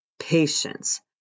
patience